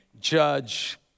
judge